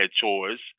chores